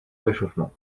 réchauffement